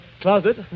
closet